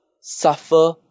suffer